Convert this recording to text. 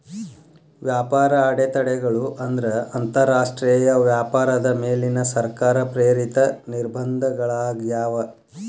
ವ್ಯಾಪಾರ ಅಡೆತಡೆಗಳು ಅಂದ್ರ ಅಂತರಾಷ್ಟ್ರೇಯ ವ್ಯಾಪಾರದ ಮೇಲಿನ ಸರ್ಕಾರ ಪ್ರೇರಿತ ನಿರ್ಬಂಧಗಳಾಗ್ಯಾವ